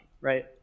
right